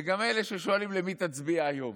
וגם אלה ששואלים למי תצביע היום.